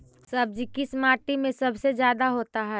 सब्जी किस माटी में सबसे ज्यादा होता है?